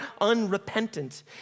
unrepentant